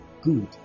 good